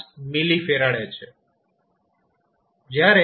5 mF છે